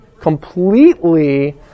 completely